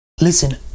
Listen